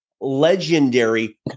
legendary